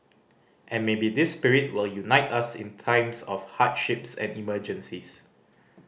and maybe this spirit will unite us in times of hardships and emergencies